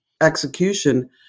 execution